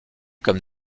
comme